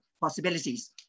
possibilities